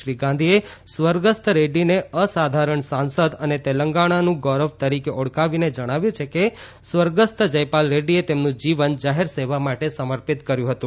શ્રી ગાંધીએ સ્વર્ગસ્થ રેડ્ડીને અસાધારણ સાંસદ અને તેલંગણાનું ગૌરવ તરીકે ઓળખાવીને જણાવ્યું છે કે સ્વર્ગસ્થ જયપાલ રેડ્રીએ તેમનું જીવન જાહેર સેવા માટે સમર્પિત કર્યું હતું